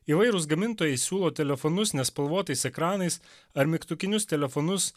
įvairūs gamintojai siūlo telefonus nespalvotais ekranais ar mygtukinius telefonus